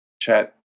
chat